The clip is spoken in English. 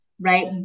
right